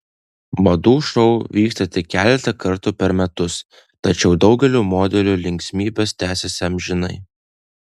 madų šou vyksta tik keletą kartų per metus tačiau daugeliui modelių linksmybės tęsiasi amžinai